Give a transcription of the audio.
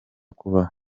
kubaho